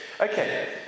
Okay